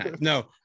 no